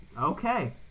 okay